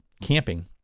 camping